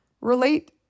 relate